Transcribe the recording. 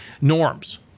norms